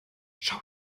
schau